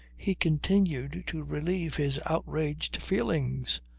he continued to relieve his outraged feelings.